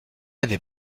avait